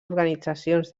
organitzacions